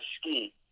ski